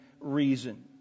reason